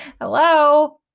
Hello